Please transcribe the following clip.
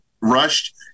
rushed